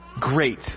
great